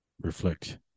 reflect